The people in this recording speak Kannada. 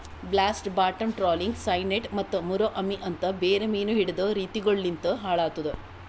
ಬ್ಲಾಸ್ಟ್, ಬಾಟಮ್ ಟ್ರಾಲಿಂಗ್, ಸೈನೈಡ್ ಮತ್ತ ಮುರೋ ಅಮಿ ಅಂತ್ ಬೇರೆ ಮೀನು ಹಿಡೆದ್ ರೀತಿಗೊಳು ಲಿಂತ್ ಹಾಳ್ ಆತುದ್